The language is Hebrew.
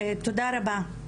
תודה רבה,